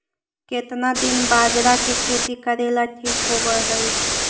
केतना दिन बाजरा के खेती करेला ठिक होवहइ?